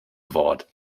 wort